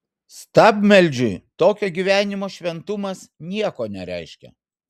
stabmeldžiui tokio gyvenimo šventumas nieko nereiškia